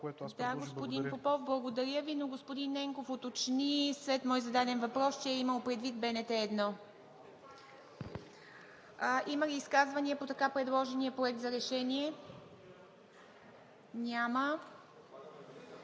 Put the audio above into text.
ИВА МИТЕВА: Да, господин Попов, благодаря Ви, но господин Ненков уточни след мой зададен въпрос, че е имал предвид БНТ 1. Има ли изказвания по така предложения проект за решение? Няма.